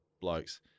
blokes